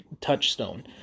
touchstone